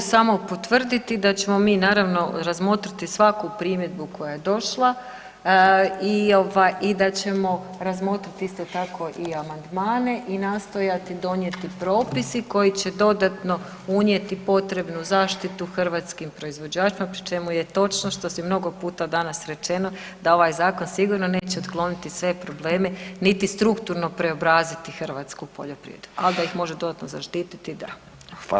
Mogu samo potvrditi da ćemo mi naravno razmotriti svaku primjedbu koja je došla i da ćemo razmotriti isto tako i amandmane i nastojati donijeti propis koji će dodatno unijeti potrebnu zaštitu hrvatskim proizvođačima pri čemu je točno što si mnogo puta danas rečeno da ovaj zakon sigurno neće otkloniti sve probleme niti strukturno preobraziti hrvatsku poljoprivredu, ali da ih može dodatno zaštititi da.